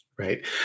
Right